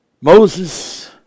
Moses